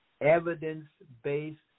evidence-based